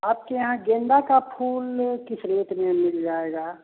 आपके यहाँ गेंदे का फूल किस रेट में मिल जाएगा